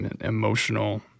emotional